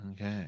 Okay